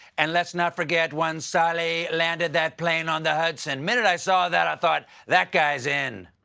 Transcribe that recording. and let's not forget once sully landed that plane on the hudson. minute i saw that, i thought, that guy's in.